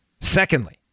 Secondly